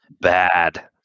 bad